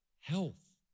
Health